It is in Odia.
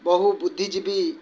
ବହୁ ବୁଦ୍ଧିଜୀବୀ